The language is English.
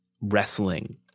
wrestling